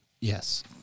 Yes